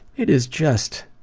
it is just.